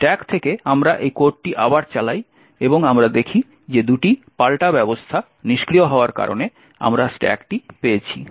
stack থেকে আমরা এই কোডটি আবার চালাই এবং আমরা দেখি যে দুটি পাল্টা ব্যবস্থা নিষ্ক্রিয় হওয়ার কারণে আমরা স্ট্যাকটি পেয়েছি